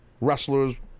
wrestlers